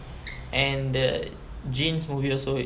and the jeans movie is also it's him